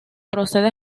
procede